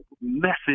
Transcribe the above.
message